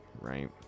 right